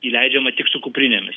įleidžiama tik su kuprinėmis